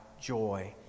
joy